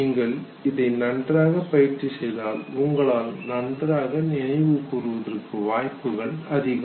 நீங்கள் இதை நன்றாக பயிற்சி செய்தால் உங்களால் நன்றாக நினைவு கூர்வதற்கான வாய்ப்புகள் அதிகம்